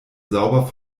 sauber